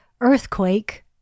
Earthquake